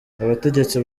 abategetsi